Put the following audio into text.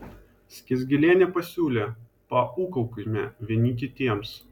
skiesgilienė pasiūlė paūkaukime vieni kitiems